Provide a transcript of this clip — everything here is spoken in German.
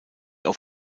auf